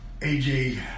AJ